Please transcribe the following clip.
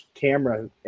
camera